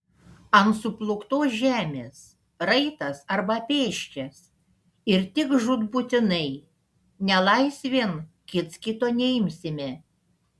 ant suplūktos žemės raitas arba pėsčias ir tik žūtbūtinai nelaisvėn kits kito neimsime